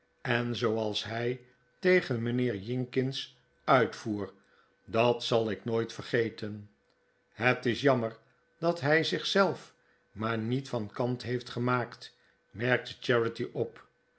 en zooals hij tegen mijnheer jinkins uitvoer dat zal ik nooit vergeten het is jammer dat hij zich zelf maar niet van kant heeft gemaakt merkte charity op